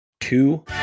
two